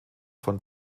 von